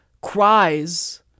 cries